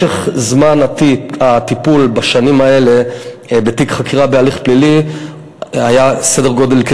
2 3. משך זמן הטיפול בשנים האלה בתיק חקירה בהליך פלילי היה סדר גודל של